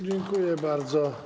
Dziękuję bardzo.